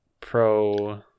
pro